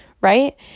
right